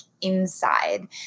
inside